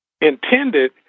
intended